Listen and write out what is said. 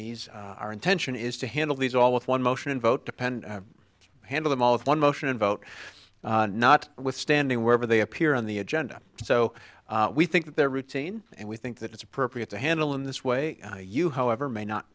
these our intention is to handle these all with one motion and vote to pen handle them all in one motion and vote not withstanding wherever they appear on the agenda so we think that their routine and we think that it's appropriate to handle in this way you however may not